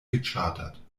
gechartert